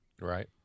Right